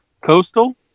Coastal